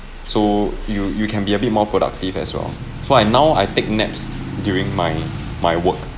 so you you can be a bit more productive as well so I now I take naps during my my work